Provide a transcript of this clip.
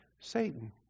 Satan